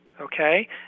okay